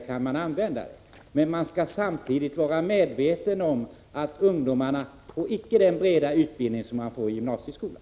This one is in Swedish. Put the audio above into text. Samtidigt skall man vara medveten om att ungdomar därmed icke får den breda utbildning som de får i gymnasieskolan.